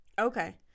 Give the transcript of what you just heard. Okay